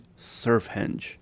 Surfhenge